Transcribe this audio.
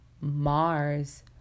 Mars